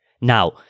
Now